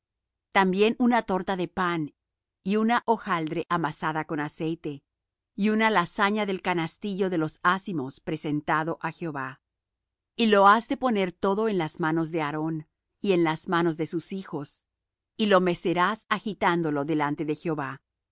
también una torta de pan y una hojaldre amasada con aceite y una lasaña del canastillo de los ázimos presentado á jehová y lo has de poner todo en las manos de aarón y en las manos de sus hijos y lo mecerás agitándolo delante de jehová